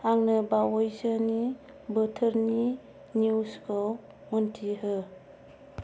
आंनो बावैसोनि बोथोरनि निउसखौ मोनथि हो